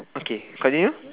okay continue